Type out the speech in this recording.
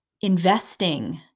investing